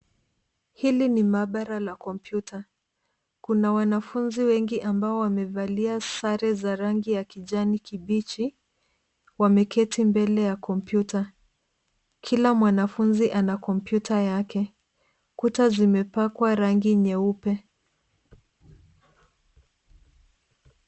Hili ni maabara la kompyuta. Kuna wanafunzi wengi ambao wamevalia sare za rangi ya kijani kibichi, wameketi mbele ya kompyuta. Kila mwanafunzi ana kompyuta yake. Kuta zimepakwa rangi nyeupe.